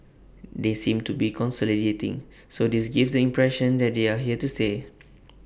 they seem to be consolidating so this gives the impression that they are here to stay